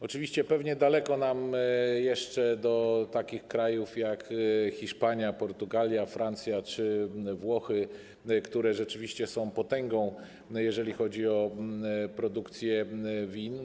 Oczywiście pewnie daleko nam jeszcze do takich krajów jak Hiszpania, Portugalia, Francja czy Włochy, które rzeczywiście są potęgą, jeżeli chodzi o produkcję win.